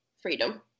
freedom